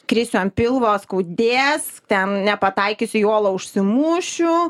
krisiu ant pilvo skaudės ten nepataikysiu į uolą užsimušiu